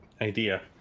idea